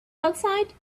outside